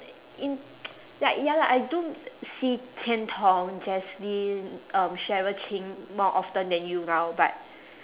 in like ya lah I do see qian tong jasmine um cheryl ching more often than you now but